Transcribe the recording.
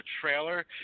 trailer